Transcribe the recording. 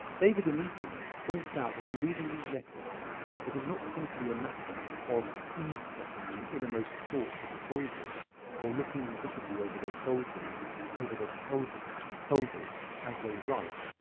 david omissi points out that in reading these letters it is not simply a matter of eaves dropping on the innermost thoughts of the soldiers or looking invisibly over their over their shoulders shoulders as they write.